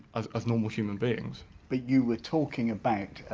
ah ah normal human beings but you were talking about, ah